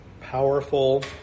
powerful